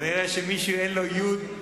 כנראה שאין לו יו"ד,